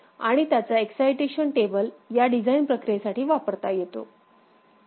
आणि त्याचा excitation table या डिझाइन प्रक्रियेसाठी वापरता येतो